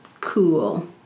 Cool